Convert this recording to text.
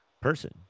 person